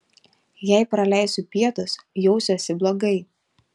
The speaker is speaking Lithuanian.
jei praleisiu pietus jausiuosi blogai